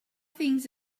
things